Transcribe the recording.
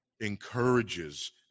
encourages